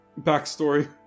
Backstory